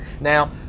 Now